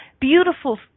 beautiful